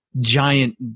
giant